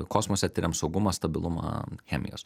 kosmose tiriam saugumą stabilumą chemijos